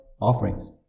offerings